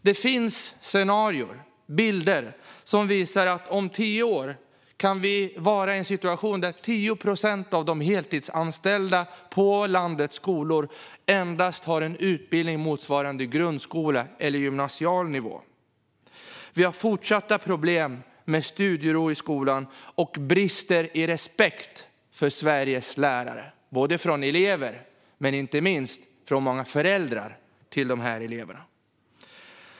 Det finns scenarier - bilder - som visar att vi om tio år kan vara i en situation där 10 procent av de heltidsanställda på landets skolor har en utbildning motsvarande endast grundskola eller gymnasial nivå. Vi har fortsatta problem med studiero i skolan och med brist på respekt för Sveriges lärare, både från elever och inte minst från många föräldrar till eleverna.